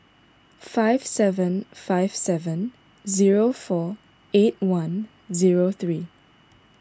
five seven five seven zero four eight one zero three